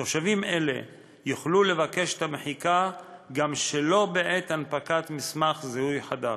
תושבים אלה יוכלו לבקש את המחיקה גם שלא בעת הנפקת מסמך זיהוי חדש.